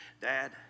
Dad